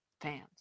fans